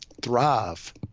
thrive